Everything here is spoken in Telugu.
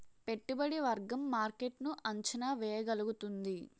పెట్టుబడి వర్గం మార్కెట్ ను అంచనా వేయగలుగుతుంది